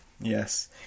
Yes